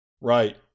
Right